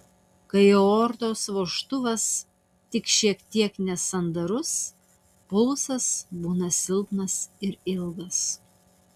kai aortos vožtuvas tik šiek tiek nesandarus pulsas būna silpnas ir ilgas